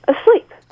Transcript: asleep